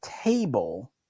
table